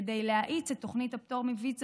וכדי להאיץ את תוכנית הפטור מוויזות,